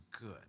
good